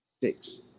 Six